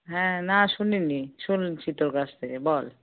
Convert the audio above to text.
হ্যাঁ না শুনিনি শুনছি তোর কাছ থেকে বল